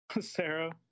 Sarah